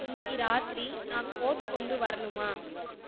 இன்றைக்கி இராத்திரி நான் கோட் கொண்டு வரணுமா